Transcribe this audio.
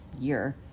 year